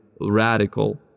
radical